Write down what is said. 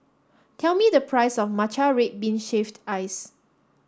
tell me the price of Matcha Red Bean Shaved Ice